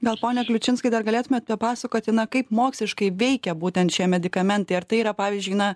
gal pone kliučinskai dar galėtumėt papasakoti na kaip moksliškai veikia būtent šie medikamentai ar tai yra pavyzdžiui na